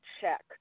check